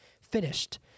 finished